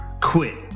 quit